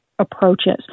Approaches